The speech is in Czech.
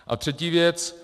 A třetí věc.